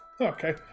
Okay